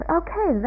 okay